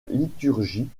liturgie